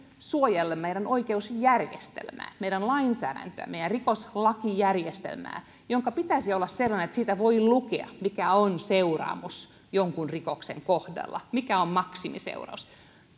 suojella meidän oikeusjärjestelmää meidän lainsäädäntöä ja meidän rikoslakijärjestelmää jonka pitäisi olla sellainen että siitä voi lukea mikä on seuraamus jonkun rikoksen kohdalla mikä on maksimiseuraus